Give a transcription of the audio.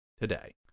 today